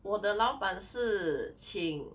我的老板是请